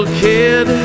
kid